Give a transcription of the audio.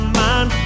mind